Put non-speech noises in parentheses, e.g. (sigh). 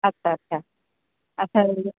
ଆଚ୍ଛା ଆଚ୍ଛା ଆଚ୍ଛା (unintelligible)